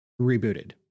rebooted